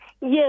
Yes